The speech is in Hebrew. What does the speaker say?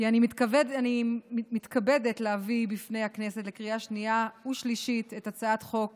כי אני מתכבדת להביא בפני הכנסת לקריאה שנייה ושלישית את הצעת חוק